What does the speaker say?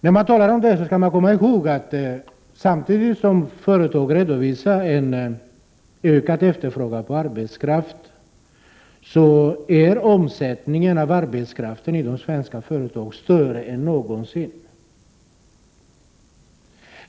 När man talar om dessa saker skall man komma ihåg att omsättningen på arbetskraft i de svenska företagen i dag är större än någonsin, samtidigt som företagen redovisar en ökad efterfrågan på arbetskraft.